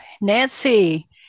Nancy